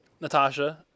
Natasha